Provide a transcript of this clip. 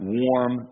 warm